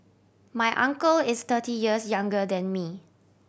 my uncle is thirty years younger than me